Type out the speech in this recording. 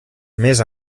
més